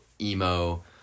emo